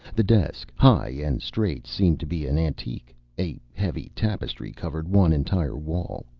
the desk, high and straight, seemed to be an antique. a heavy tapestry covered one entire wall.